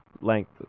length